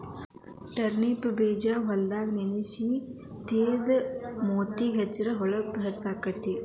turnip ಬೇಜಾ ಹಾಲದಾಗ ನೆನಸಿ ತೇದ ಮೂತಿಗೆ ಹೆಚ್ಚಿದ್ರ ಹೊಳಪು ಹೆಚ್ಚಕೈತಿ